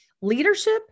leadership